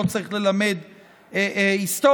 לא צריך ללמד היסטוריה,